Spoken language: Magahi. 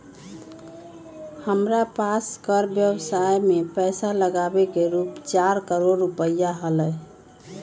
हमरा पास कर व्ययवसाय में पैसा लागावे के रूप चार करोड़ रुपिया हलय